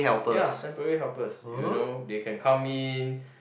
ya temporary helpers you know they can come in